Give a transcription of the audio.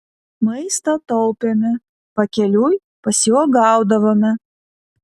maistą taupėme pakeliui pasiuogaudavome